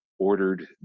Ordered